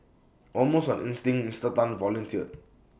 almost on instinct Mister Tan volunteered